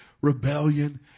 rebellion